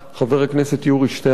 חבר הכנסת יורי שטרן,